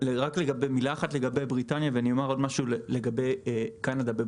במילה אחת לגבי בריטניה ואומר עוד משהו לגבי קנדה בהמשך.